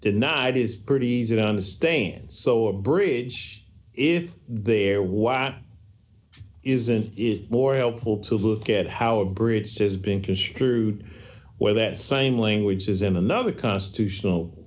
denied is pretty easy to understand so a bridge if there was a lot isn't it more helpful to look at how a bridge has been construed where that same language is in another constitutional